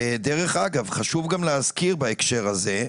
דרך אגב, חשוב גם להזכיר בהקשר הזה.